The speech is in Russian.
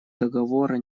договора